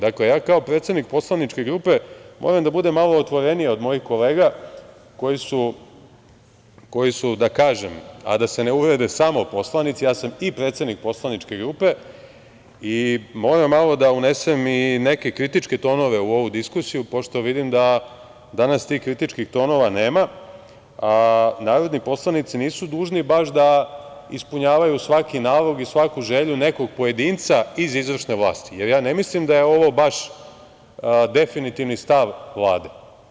Dakle, ja kao predsednik poslaničke grupe moram da budem malo otvoreniji od mojih kolega koji su, da kažem, a da se ne uvrede, samo poslanici, ja sam i predsednik poslaničke grupe i moram malo da unesem i neke kritičke tonove u ovu diskusiju pošto vidim da danas tih kritičkih tonova nema, a narodni poslanici nisu dužni baš da ispunjavaju svaki nalog i svaku želju nekog pojedinca iz izvršne vlasti, jer ja ne mislim da je ovo baš definitivni stav Vlade.